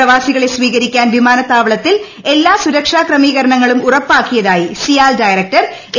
പ്രവാസികളെ സ്വീകരിക്കാൻ വിമാനത്താവളത്തിൽ എല്ലാ സുരക്ഷാ ക്രമീകരണങ്ങളും ഉറപ്പാക്കിയതായി സിയാൽ ഡയറക്ടർ എ